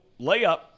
layup